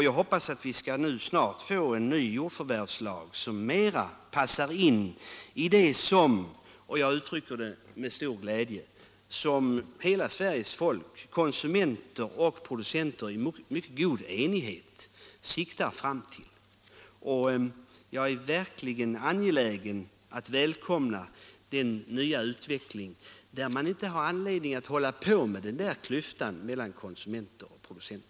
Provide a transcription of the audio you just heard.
Jag hoppas att vi nu snart skall få en ny jordförvärvslag, som bättre passar in i den utveckling — och detta uttalar jag med stor glädje — som Sveriges folk, konsumenter och producenter, i mycket god enighet siktar till. Jag är verkligen angelägen att välkomna den nya utvecklingen, som visar att det inte finns anledning att fortsätta med talet om klyftan mellan konsumenter och producenter.